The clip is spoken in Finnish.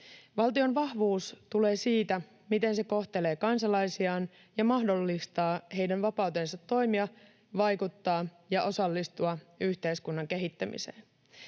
Valtion vahvuus tulee siitä, miten se kohtelee kansalaisiaan ja mahdollistaa heidän vapautensa toimia, vaikuttaa ja osallistua yhteiskunnan kehittämiseen.